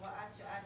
הוראת שעה,